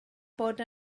bod